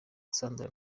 sandra